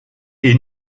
est